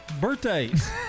Birthdays